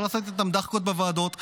לא לעשות איתם דחקות בוועדות.